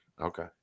okay